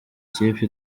ikipe